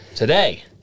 Today